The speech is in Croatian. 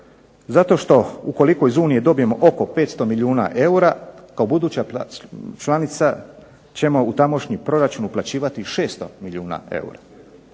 Zato što ukoliko iz Unije dobijemo oko 500 milijuna eura kao buduća članica ćemo u tamošnji proračun uplaćivati 600 milijuna eura.